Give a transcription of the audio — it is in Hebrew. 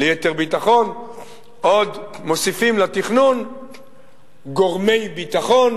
ליתר ביטחון מוסיפים לתכנון גורמי ביטחון,